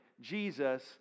Jesus